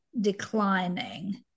declining